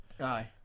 Aye